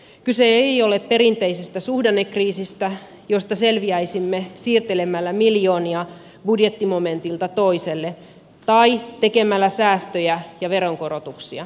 kyse ei ole perinteisestä suhdannekriisistä josta selviäisimme siirtelemällä miljoonia budjettimomentilta toiselle tai tekemällä säästöjä ja veronkorotuksia